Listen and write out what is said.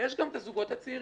ויש גם את הזוגות הצעירים,